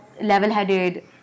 level-headed